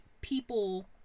people